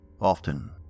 Often